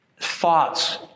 thoughts